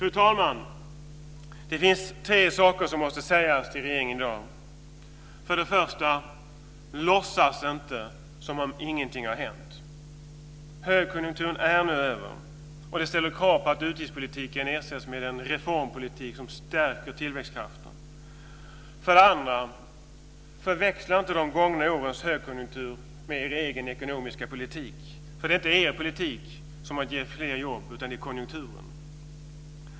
Fru talman! Det finns tre saker som måste sägas till regeringen i dag. För det första: Låtsas inte som om ingenting har hänt. Högkonjunkturen är nu över, och det ställer krav på att utgiftspolitiken ersätts med en reformpolitik som stärker tillväxtkraften. För det andra: Förväxla inte de gångna årens högkonjunktur med er egen ekonomiska politik. Det är nämligen inte är er politik som har gett fler jobb utan det är konjunkturen.